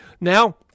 Now